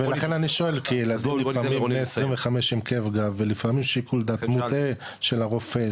ילד בן 25 עם כאב גב ולפעמים שיקול דעת מוטעה של הרופא,